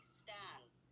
stands